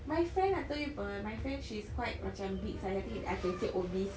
my friend I told you apa my friend she's quite macam big sized I think I can say obese